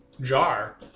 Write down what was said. jar